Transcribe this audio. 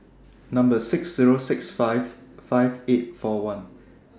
Number six Zero six five five eight four one